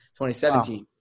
2017